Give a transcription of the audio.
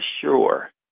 sure